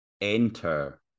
Enter